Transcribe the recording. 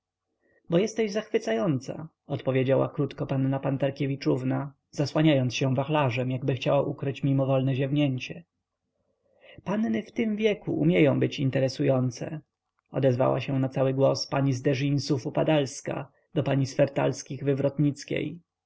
bo jesteś zachwycająca odpowiedziała krótko panna pantarkiewiczówna zasłaniając się wachlarzem jakby chciała ukryć mimowolne ziewnięcie panny w tym wieku umieją być interesujące odezwała się na cały głos pani z de ginsów upadalska do pani z